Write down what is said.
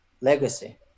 legacy